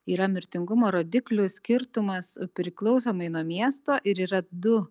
yra mirtingumo rodiklių skirtumas priklausomai nuo miesto ir yra du